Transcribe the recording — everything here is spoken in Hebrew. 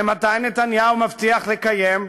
ממתי נתניהו מבטיח לקיים?